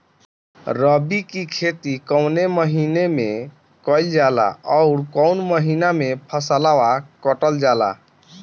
रबी की खेती कौने महिने में कइल जाला अउर कौन् महीना में फसलवा कटल जाला?